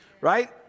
right